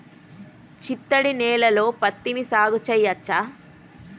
చిత్తడి నేలలో పత్తిని సాగు చేయచ్చా?